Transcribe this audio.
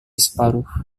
separuh